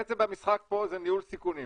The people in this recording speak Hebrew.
בעצם במשחק פה זה ניהול סיכונים.